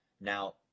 Now